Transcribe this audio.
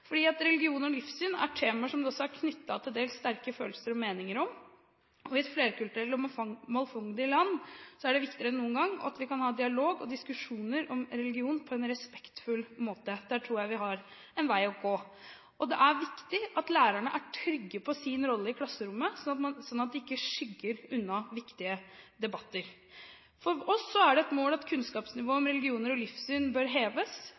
et flerkulturelt og mangfoldig land er det viktigere enn noen gang at vi kan ha dialog og diskusjoner om religion på en respektfull måte. Der tror jeg vi har en vei å gå. Det er viktig at lærerne er trygge på sin rolle i klasserommet, sånn at de ikke skygger unna viktige debatter. For oss er det et mål at kunnskapsnivået om religioner og livssyn bør heves,